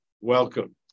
welcome